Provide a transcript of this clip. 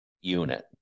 unit